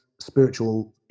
spiritual